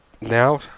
now